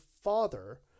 father